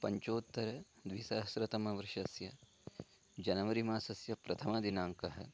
पञ्चोत्तरद्विसहस्रतमवर्षस्य जनवरी मासस्य प्रथमदिनाङ्कः